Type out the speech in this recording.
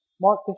Mark